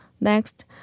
Next